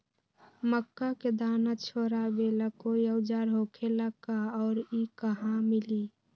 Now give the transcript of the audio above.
मक्का के दाना छोराबेला कोई औजार होखेला का और इ कहा मिली?